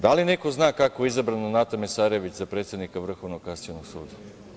Da li neko zna kako je izabrana Nata Mesarović za predsednika Vrhovnog kasacionog suda?